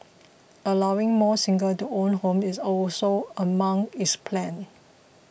allowing more singles to own homes is also among its plans